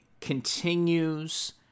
continues